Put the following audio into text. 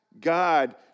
God